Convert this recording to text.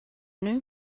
nhw